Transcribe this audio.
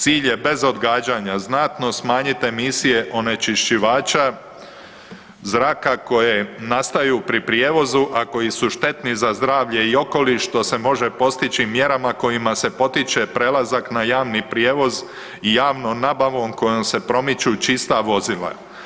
Cilj je bez odgađanja znatno smanjiti emisije onečišćivača zraka koji nastaju pri prijevozu, a koji su štetni za zdravlje i okoliš što se može postići mjerama kojima se potiče prelazak na javni prijevoz i javnom nabavom kojom se promiču čista vozila.